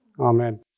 Amen